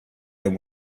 him